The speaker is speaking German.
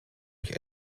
mich